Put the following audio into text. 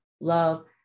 love